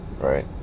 right